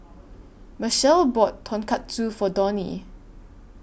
Machelle bought Tonkatsu For Donie